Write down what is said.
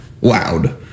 loud